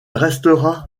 restera